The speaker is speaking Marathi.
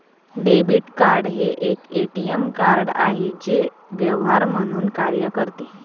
डेबिट कार्ड हे एक ए.टी.एम कार्ड आहे जे व्यवहार म्हणून कार्य करते